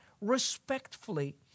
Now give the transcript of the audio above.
Respectfully